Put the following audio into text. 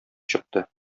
чыкты